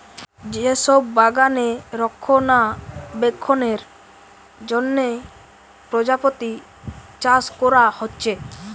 যে সব বাগানে রক্ষণাবেক্ষণের জন্যে প্রজাপতি চাষ কোরা হচ্ছে